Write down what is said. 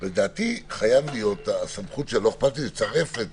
לא אכפת לי לצרף את